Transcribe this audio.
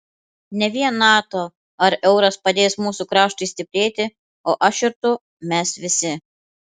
ne vien nato ar euras padės mūsų kraštui stiprėti o aš ir tu mes visi